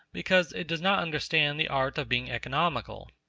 because it does not understand the art of being economical.